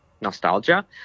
nostalgia